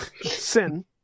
Sin